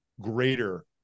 greater